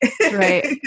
right